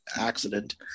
accident